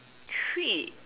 treat